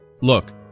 Look